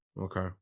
Okay